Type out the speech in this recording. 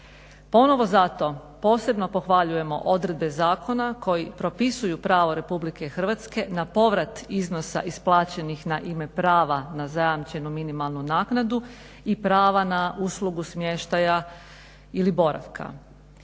Ponovno zato posebno pohvaljujemo odredbe zakona koji propisuju pravo RH na povrat iznosa isplaćenih na ime prava na zajamčenu minimalnu naknadu i prava na uslugu smještaja ili boravka.